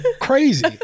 crazy